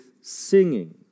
singing